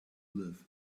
live